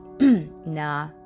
Nah